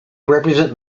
represent